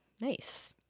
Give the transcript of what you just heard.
Nice